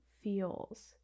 feels